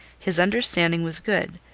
his understanding was good,